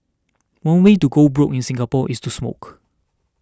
one way to go broke in Singapore is to smoke